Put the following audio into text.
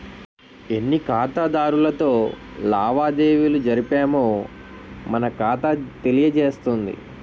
ఎన్ని ఖాతాదారులతో లావాదేవీలు జరిపామో మన ఖాతా తెలియజేస్తుంది